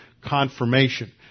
confirmation